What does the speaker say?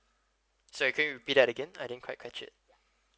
sorry can you repeat that again I didn't quite catch it